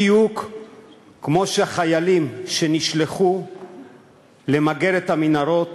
בדיוק כמו שחיילים נשלחו למגר את המנהרות